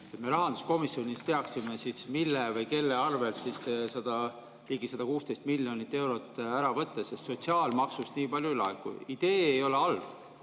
me rahanduskomisjonis teaksime, mille või kelle arvelt see ligi 116 miljonit eurot ära võtta, sest sotsiaalmaksust nii palju ei laeku. Idee ei ole halb,